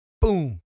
Boom